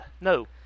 no